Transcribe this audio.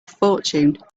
fortune